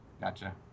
Gotcha